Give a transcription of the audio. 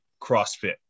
crossfit